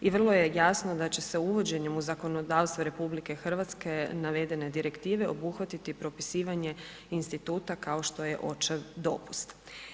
I vrlo je jasno da će se uvođenje u zakonodavstvo RH navedene direktive obuhvatit propisivanje instituta kao što je očev dopust.